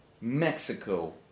Mexico